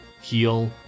heal